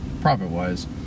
profit-wise